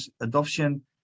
adoption